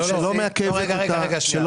לא, לא, רגע, שנייה.